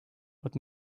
but